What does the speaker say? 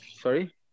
Sorry